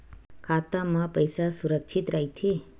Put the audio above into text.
खाता मा पईसा सुरक्षित राइथे?